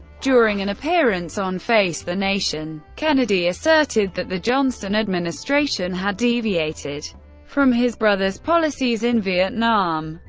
during an appearance on face the nation, kennedy asserted that the johnson administration had deviated from his brother's policies in vietnam,